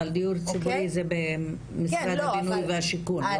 אבל דיור הציבורי זה במשרד הבינוי והשיכון,